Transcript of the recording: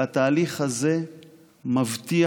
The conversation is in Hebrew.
והתהליך הזה מבטיח